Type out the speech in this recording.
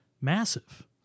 massive